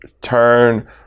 Turn